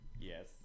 Yes